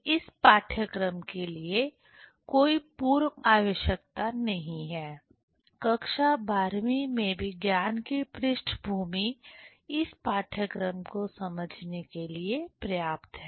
इस पाठ्यक्रम के लिए कोई पूर्व आवश्यकता नहीं है कक्षा बारहवीं में विज्ञान की पृष्ठभूमि इस पाठ्यक्रम को समझने के लिए पर्याप्त है